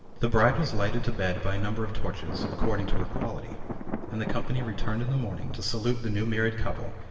the bride was lighted to bed by a number of torches, according to her quality and the company returned in the morning to salute the new married couple,